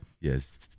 Yes